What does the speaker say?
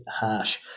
harsh